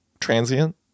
transient